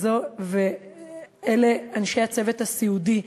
ואלה אנשי הצוות הסיעודי,